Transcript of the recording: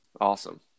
Awesome